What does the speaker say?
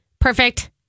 perfect